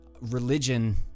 religion